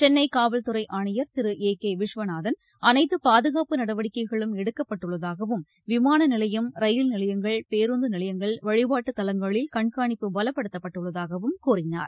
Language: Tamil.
சென்னை காவல் துறை ஆணையர் திரு ஏ கே விஸ்வநாதன் அனைத்து பாதுகாப்பு நடவடிக்கைகளும் எடுக்கப்பட்டுள்ளதாகவும் விமான நிலையம் ரயில் நிலையங்கள் பேருந்து நிலையங்கள் வழிபாட்டுத்தலங்களில் கண்காணிப்பு பலப்படுத்தப்பட்டுள்ளதாகவும் கூறினார்